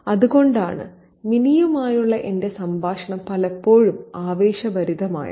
അതുകൊണ്ടാണ് മിനിയുമായുള്ള എന്റെ സംഭാഷണം പലപ്പോഴും ആവേശഭരിതമായത്